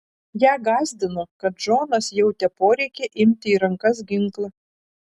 ją gąsdino kad džonas jautė poreikį imti į rankas ginklą